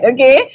Okay